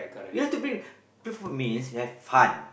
you have to think play for means you have fun